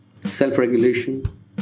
self-regulation